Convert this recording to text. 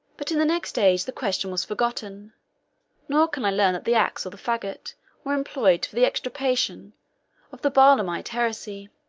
but in the next age the question was forgotten nor can i learn that the axe or the fagot were employed for the extirpation of the barlaamite heresy.